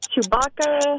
Chewbacca